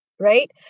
right